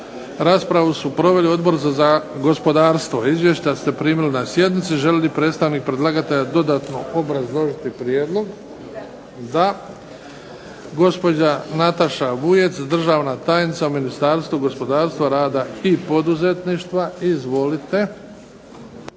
Raspravu su proveli Odbor za gospodarstvo. Izvješća ste primili na sjednici. Želi li predstavnik predlagatelja dodatno obrazložiti prijedlog? Da. Gospođa Nataša Vujec, državna tajnica u Ministarstvu gospodarstva, rada i poduzetništva. Izvolite.